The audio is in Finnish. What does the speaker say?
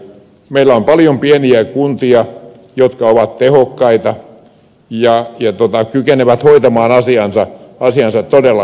meillä on paljon pieniä kuntia jotka ovat tehokkaita ja kykenevät hoitamaan asiansa todella hyvin